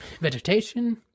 vegetation